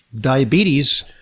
diabetes